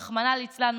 רחמנא ליצלן,